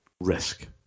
risk